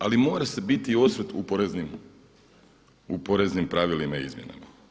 Ali mora se biti osvrt u poreznim pravilima i izmjenama.